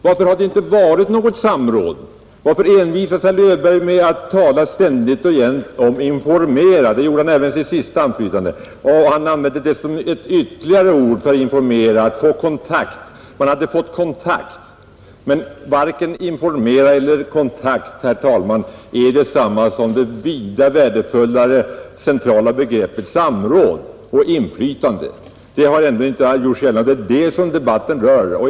Varför har det inte varit något sådant samråd? Varför envisas herr Löfberg med att ständigt och jämt tala om att ”informera”? — det gjorde han även i sitt första anförande. Han använde också uttrycket att man hade fått kontakt. Men varken information eller kontakt, herr talman, är detsamma som de vida värdefullare centrala begreppen samråd och inflytande. Det har ändå inte gjorts gällande, och det är bara information som debatten gäller.